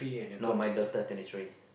no my daughter twenty three